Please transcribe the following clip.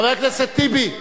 חבר הכנסת טיבי,